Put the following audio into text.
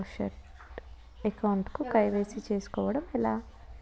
Account కు KYC చేసుకోవడం ఎలా?